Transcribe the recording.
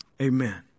amen